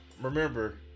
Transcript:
remember